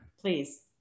Please